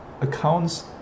accounts